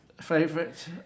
Favorite